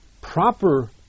proper